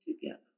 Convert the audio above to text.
together